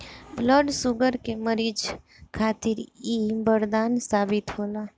blood sugar के मरीज खातिर इ बरदान साबित होला